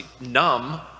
numb